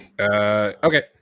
Okay